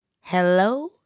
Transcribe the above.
Hello